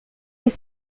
les